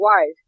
wife